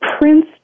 Prince